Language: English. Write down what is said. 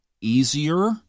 easier